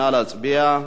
נא להצביע.